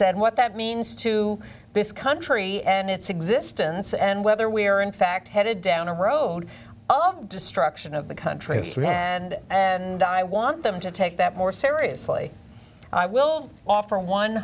said what that means to this country and its existence and whether we are in fact headed down a road oh destruction of the country and and i want them to take that more seriously i will offer one